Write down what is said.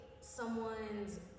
someone's